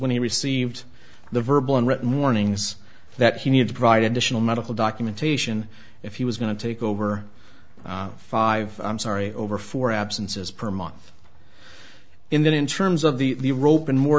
when he received the verbal and written warnings that he needed to provide additional medical documentation if he was going to take over five i'm sorry over four absences per month in that in terms of the rope and more